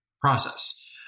process